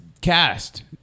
cast